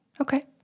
Okay